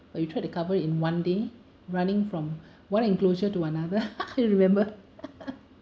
but you tried to cover it in one day running from one enclosure to another you remember